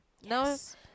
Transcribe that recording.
Yes